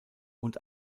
und